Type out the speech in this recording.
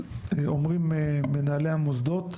אומרים מנהלי המוסדות